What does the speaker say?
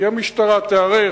כי "המשטרה תיערך",